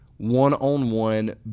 one-on-one